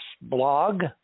blog